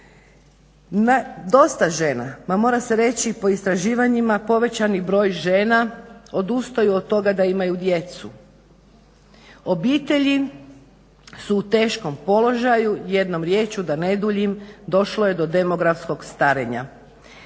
Dosta žena, ma mora se reći po istraživanjima povećani broj žena odustaju od toga da imaju djecu. Obitelji su u teškom položaju, jednom riječju da ne duljim došlo je do demografskog starenja.